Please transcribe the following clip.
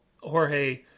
Jorge